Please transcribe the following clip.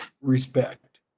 respect